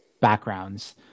backgrounds